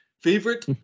Favorite